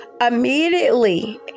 immediately